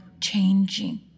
changing